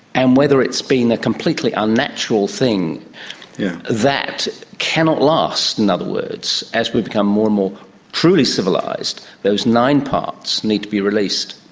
and whether it's been a completely unnatural thing that cannot last, in other words, as we become more and more truly civilised, those nine parts need to be released.